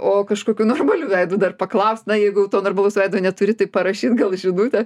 o kažkokiu normaliu veidu dar paklaust na jeigu jau to normalaus veido neturi tai parašyt gal žinutę